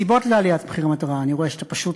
סיבות לעליית מחיר מטרה, אני רואה שאתה פשוט,